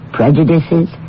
prejudices